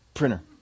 printer